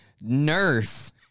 nurse